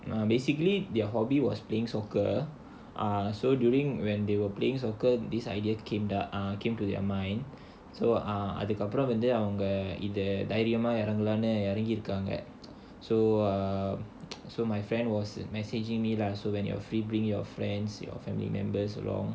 err basically their hobby was playing soccer ah so during when they were playing soccer this idea came the ah came to their mind so err அதுக்கு அப்புறம் வந்து அவங்க தைரியமா இறங்கலாம்னு இறங்கிருக்காங்க:adukku appuram vandhu avanga thairiyamaa irangalaamnu irangirukkaanga so err so my friend was messaging me lah so when you're free bring your friends your family members along